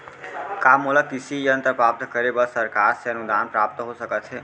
का मोला कृषि यंत्र प्राप्त करे बर सरकार से अनुदान प्राप्त हो सकत हे?